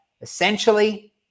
essentially